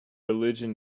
religion